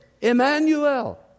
Emmanuel